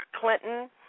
Clinton